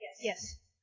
Yes